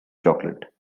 chocolate